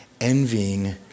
envying